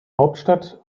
hauptstadt